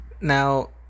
Now